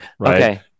Okay